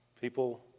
People